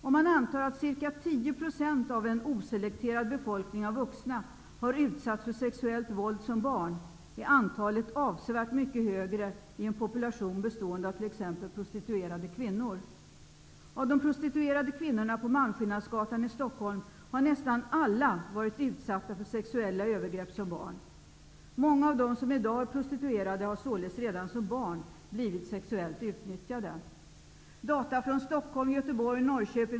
Om man antar att ca 10 % av en oselekterad befolkning av vuxna har utsatts för sexuellt våld som barn, är antalet avsevärt mycket högre i en population bestående av t.ex. prostituerade kvinnor. Malmskillnadsgatan i Stockholm har nästan alla varit utsatta för sexuella övergrepp som barn. Många av de som i dag är prostituerade har således redan som barn blivit sexuellt utnyttjade.